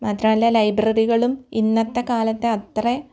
മാത്രമല്ല ലൈബ്രറികളും ഇന്നത്തെ കാലത്തെ അത്ര